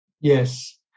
Yes